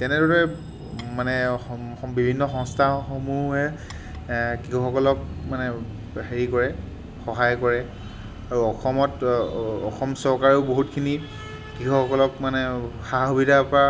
তেনেদৰে মানে বিভিন্ন সংস্থাসমূহে কৃষকসকলক মানে হেৰি কৰে সহায় কৰে আৰু অসমত অসম চৰকাৰেও বহুতখিনি কৃষকলক মানে সা সুবিধাৰ পৰা